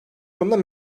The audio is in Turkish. sonunda